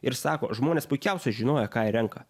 ir sako žmonės puikiausiai žinojo ką jie renka